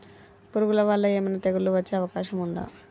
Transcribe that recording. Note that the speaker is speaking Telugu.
పురుగుల వల్ల ఏమైనా తెగులు వచ్చే అవకాశం ఉందా?